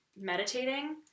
meditating